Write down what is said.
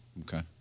Okay